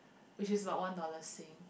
which is about one dollar sing